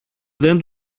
δεν